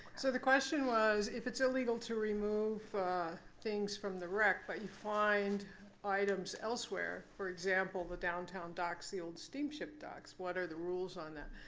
so the question was, if it's illegal to remove things from the wreck, but you find items elsewhere for example, the downtown docks, the old steamship docks what are the rules on that?